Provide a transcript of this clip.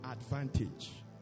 advantage